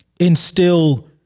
instill